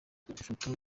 ifoto